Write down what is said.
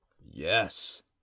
Yes